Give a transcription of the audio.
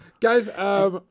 Guys